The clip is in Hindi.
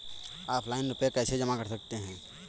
ऑफलाइन रुपये कैसे जमा कर सकते हैं?